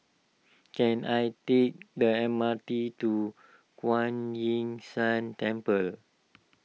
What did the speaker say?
can I take the M R T to Kuan Yin San Temple